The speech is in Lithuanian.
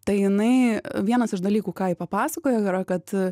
tai jinai vienas iš dalykų ką ji papasakojo yra kad